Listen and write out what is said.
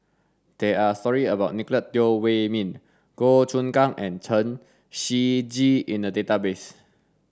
there are stories about Nicolette Teo Wei min Goh Choon Kang and Chen Shiji in the database